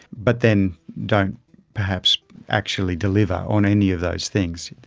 but then don't perhaps actually deliver on any of those things.